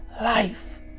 life